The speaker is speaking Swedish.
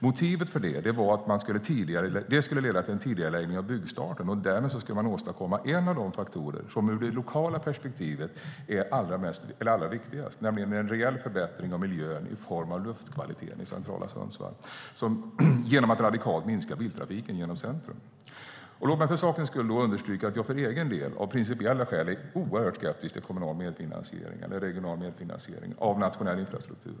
Motivet till detta var att det skulle leda till en tidigareläggning av byggstarten, och därmed skulle man åstadkomma en av de faktorer som ur det lokala perspektivet är allra viktigast, nämligen en rejäl förbättring av miljön i form av luftkvaliteten i centrala Sundsvall genom att man radikalt minskar biltrafiken genom centrum. Låt mig för sakens skull understryka att jag för egen del av principiella skäl är oerhört skeptisk till kommunal eller regional medfinansiering av nationell infrastruktur.